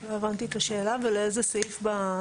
לא הבנתי את השאלה, ולאיזה סעיף?